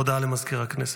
הודעה למזכיר הכנסת.